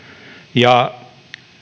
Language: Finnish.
ja